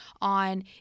on